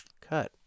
cut